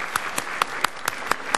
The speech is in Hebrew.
(מחיאות כפיים)